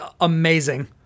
amazing